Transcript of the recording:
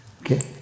Okay